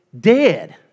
dead